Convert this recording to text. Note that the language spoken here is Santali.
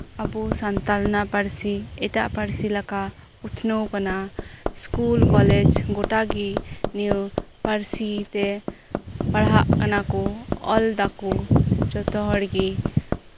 ᱟᱵᱚ ᱥᱟᱱᱛᱟᱲ ᱨᱮᱭᱟᱜ ᱯᱟᱹᱨᱥᱤ ᱮᱴᱟᱜ ᱯᱟᱹᱨᱥᱤ ᱞᱮᱠᱟ ᱩᱛᱱᱟᱹᱣ ᱟᱠᱟᱱᱟ ᱥᱠᱩᱞ ᱠᱚᱞᱮᱡᱽ ᱜᱚᱴᱟ ᱜᱮ ᱱᱤᱭᱟᱹ ᱯᱟᱹᱨᱥᱤ ᱛᱮ ᱯᱟᱲᱦᱟᱜ ᱠᱟᱱᱟ ᱠᱚ ᱚᱞ ᱮᱫᱟᱠᱚ ᱡᱚᱛᱚ ᱦᱚᱲ ᱜᱮ